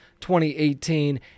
2018